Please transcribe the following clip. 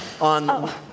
On